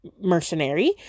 mercenary